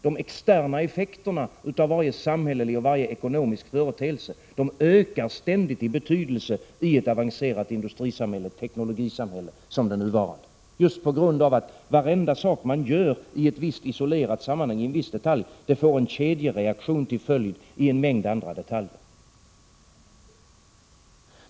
De externa effekterna av varje samhällelig och ekonomisk företeelse ökar ständigt i betydelse i ett avancerat industrioch teknologisamhälle som det nuvarande just på grund av att varenda sak man gör i ett visst isolerat sammanhang, i en viss detalj, får en kedjereaktion till följd i en mängd andra detaljer.